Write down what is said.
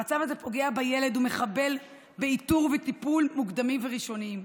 המצב הזה פוגע בילד ומחבל באיתור וטיפול מוקדמים וראשוניים.